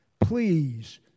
Please